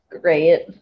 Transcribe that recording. Great